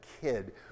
kid